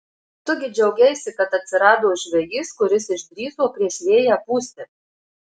tu gi džiaugeisi kad atsirado žvejys kuris išdrįso prieš vėją pūsti